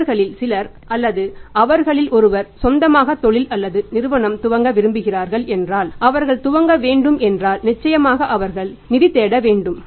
அவர்களில் சிலர் அல்லது அவர்களில் ஒருவர் சொந்தமாக தொழில் அல்லது நிறுவனம் துவங்க விரும்புகிறார்கள் என்றால் அவர்கள் துவங்க வேண்டும் என்றால் நிச்சயமாக அவர்கள் நிதி தேட வேண்டும்